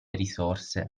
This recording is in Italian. risorse